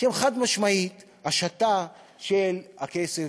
שהם חד-משמעית השתה של הכסף,